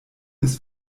ist